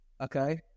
Okay